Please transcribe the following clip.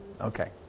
Okay